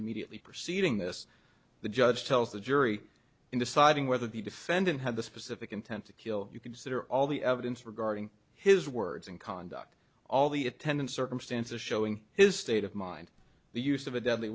immediately preceding this the judge tells the jury in deciding whether the defendant had the specific intent to kill you consider all the evidence regarding his words and conduct all the attendant circumstances showing his state of mind the use of a deadly